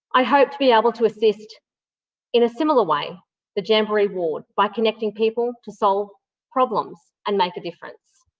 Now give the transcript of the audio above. i hope to be able to assist in a similar way the jamboree ward by connecting people to solve problems and make a difference.